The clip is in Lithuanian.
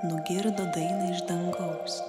nugirdo dainą iš dangaus